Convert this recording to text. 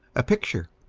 a picture.